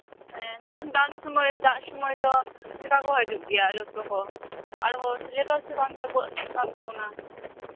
ᱦᱮᱸ ᱱᱚᱝᱠᱟᱱ ᱫᱟᱜ ᱥᱚᱢᱚᱭ ᱪᱮᱠᱟ ᱠᱚ ᱦᱤᱡᱩᱜ ᱜᱮᱭᱟ ᱡᱚᱛᱚ ᱦᱚᱲ ᱟᱨᱦᱚᱸ ᱥᱤᱞᱮᱵᱟᱥ ᱵᱟᱝ ᱪᱟᱵᱟᱜ ᱠᱟᱱ ᱛᱟᱵᱚᱱᱟ